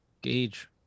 Gauge